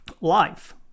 life